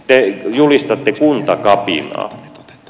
te julistatte kuntakapinaa